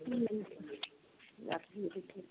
ठीक है रखिए तो फिर